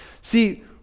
See